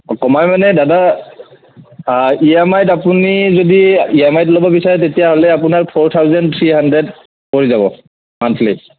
কমাই মানে দাদা ই এম আইত আপুনি যদি ই এম আইত ল'ব বিছাৰে তেতিয়াহ'লে আপোনাৰ ফ'ৰ থাউচেণ্ড থ্ৰী হাণ্ড্ৰেড পৰি যাব মন্থলী